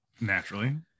Naturally